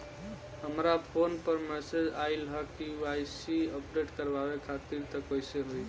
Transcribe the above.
हमरा फोन पर मैसेज आइलह के.वाइ.सी अपडेट करवावे खातिर त कइसे होई?